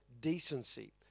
decency